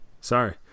Sorry